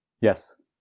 Yes